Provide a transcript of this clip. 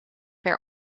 per